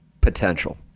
potential